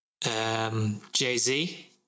Jay-Z